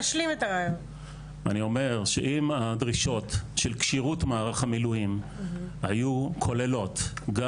אני אומר שאם הדרישות של כשירות מערך המילואים היו כוללות גם